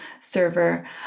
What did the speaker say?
server